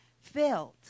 filled